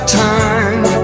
time